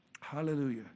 Hallelujah